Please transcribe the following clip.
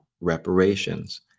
reparations